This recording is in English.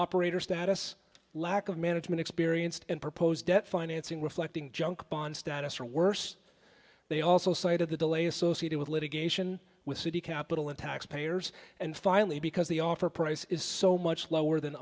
operator status lack of management experience and proposed debt financing reflecting junk bond status or worse they also side of the delay associated with litigation with citi capital and tax payers and finally because the offer price is so much lower than